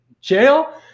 jail